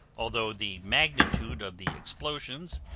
although the magnitude of the explosions